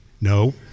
No